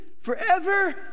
forever